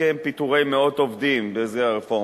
זה "חם